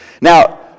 Now